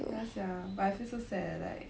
ya sia but I feel so sad eh like